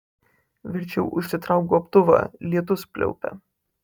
verčiau užsitrauk gobtuvą lietus pliaupia